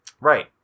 Right